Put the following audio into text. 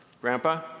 grandpa